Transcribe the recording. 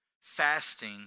fasting